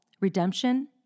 redemption